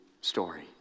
story